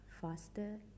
faster